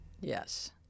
Yes